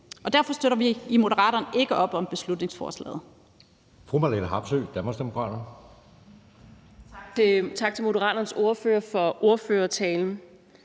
Derfor støtter vi i Moderaterne ikke op om beslutningsforslaget.